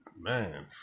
Man